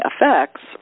effects